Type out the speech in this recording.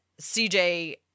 CJ